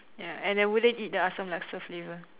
ya and I wouldn't eat the asam laksa flavour